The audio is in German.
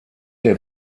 der